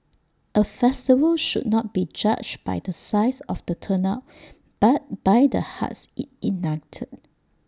A festival should not be judged by the size of the turnout but by the hearts IT ignited